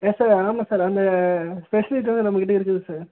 yes sir ஆமாம் sir அந்த நம்மகிட்ட இருக்குது சார்